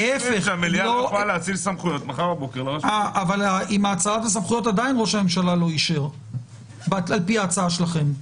את עם האצלת הסמכויות עדיין ראש הממשלה לא אישר לפי ההצעה שלכם.